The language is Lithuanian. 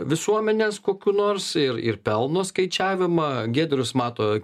visuomenės kokių nors ir ir pelno skaičiavimą giedrius mato